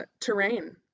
terrain